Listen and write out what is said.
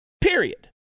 period